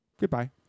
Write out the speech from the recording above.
goodbye